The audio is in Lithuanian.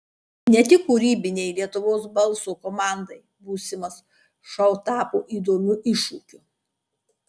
ne tik kūrybinei lietuvos balso komandai būsimas šou tapo įdomiu iššūkiu